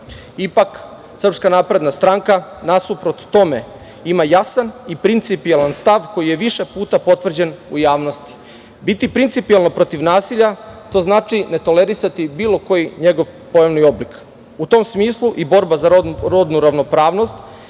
služi na čast. Ipak SNS nasuprot tome ima jasan i principijelan stav koji je više puta potvrđen u javnosti. Biti principijelno protiv nasilja, to znači ne tolerisati bilo koji njegov pojavni oblik. U tom smislu i borba za rodnu ravnopravnost